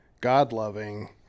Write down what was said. God-loving